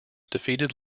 defeated